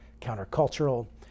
counter-cultural